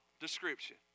description